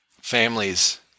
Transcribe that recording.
families